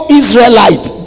israelite